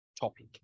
topic